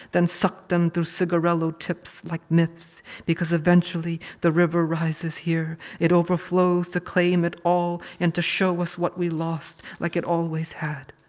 then sucked them through cigarillo tips, like myths. because eventually the river rises here. it overflows to claim it all and to show us what we lost, like it always had.